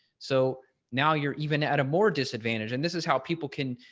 so now you're even at a more disadvantage. and this is how people can,